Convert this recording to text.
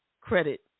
credit